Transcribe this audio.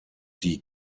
die